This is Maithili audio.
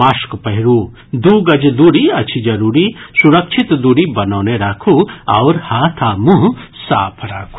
मास्क पहिरू दू गज दूरी अछि जरूरी सुरक्षित दूरी बनौने राखू आओर हाथ आ मुंह साफ राखू